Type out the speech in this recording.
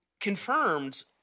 confirmed